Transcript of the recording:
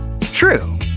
true